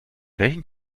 welchen